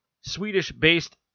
Swedish-based